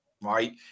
right